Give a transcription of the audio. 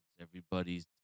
everybody's